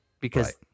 Because-